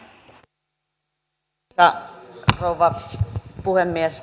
arvoisa rouva puhemies